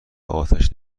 اتش